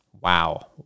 Wow